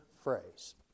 phrase